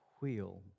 wheel